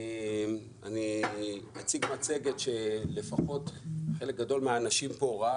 אני אציג מצגת שלפחות חלק מהאנשים פה ראו